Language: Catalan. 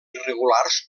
irregulars